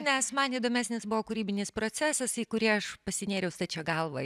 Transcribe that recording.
nes man įdomesnis buvo kūrybinis procesas į kurį aš pasinėriau stačia galva